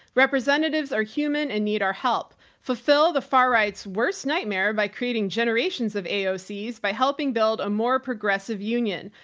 representatives are human and need our help fulfill the far right's worst nightmare by creating generations of aoc by helping build a more progressive union.